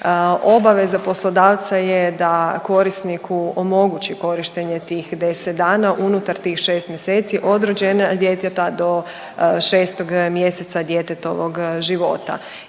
Obaveza poslodavca je da korisniku omogući korištenje tih 10 dana unutar tih 6 mjeseca od rođenja djeteta do 6 mjeseca djetetovog života